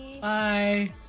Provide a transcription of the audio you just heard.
Bye